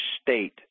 state